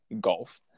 golf